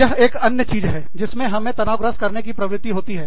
यह एक अन्य चीज है जिसमें हमें तनावग्रस्त करने की प्रवृत्ति होती है